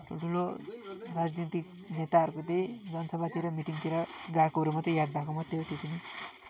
ठुल्ठुलो राजनीतिक नेताहरूको त्यही जनसभातिर मिटिङतिर गएकोहरू मात्रै याद भएको मात्रै हो त्यो पनि